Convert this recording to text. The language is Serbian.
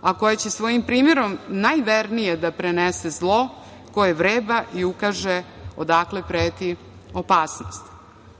a koja će svojim primerom najvernije da prenese zlo koje vreba i ukaže odakle preti opasnost.